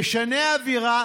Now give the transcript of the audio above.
תשנה אווירה,